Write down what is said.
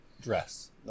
dress